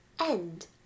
End